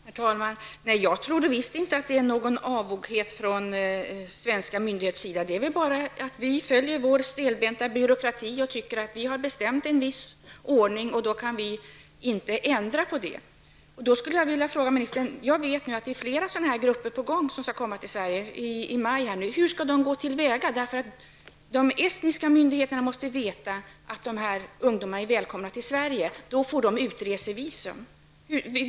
Herr talman! Nej, jag tror visst inte att det hela beror på någon avoghet från svenska myndigheters sida. De följer väl sina stelbenta byråkratiska regler och anser att de inte kan ändra på en viss bestämd ordning. Jag vet att det är på gång att flera grupper skall komma till Sverige i maj. Jag vill då fråga ministern: Hur skall de gå till väga? De estniska myndigheterna måste veta att dessa grupper är välkomna till Sverige för att de skall kunna få utresevisum.